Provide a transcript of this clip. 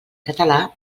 català